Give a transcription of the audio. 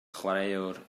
chwaraewr